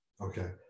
Okay